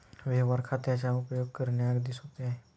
व्यवहार खात्याचा उपयोग करणे अगदी सोपे आहे